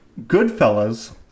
Goodfellas